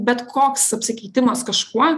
bet koks apsikeitimas kažkuo